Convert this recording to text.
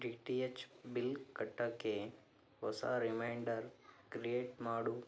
D T H bill ಕಟ್ಟೊಕ್ಕೆ ಹೊಸ reminder create ಮಾಡು